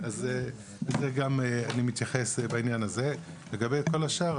לגבי כל השאר,